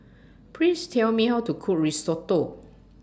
Please Tell Me How to Cook Risotto